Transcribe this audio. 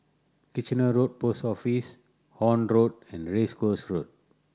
Kitchener Road Post Office Horne Road and Race Course Road